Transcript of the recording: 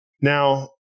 Now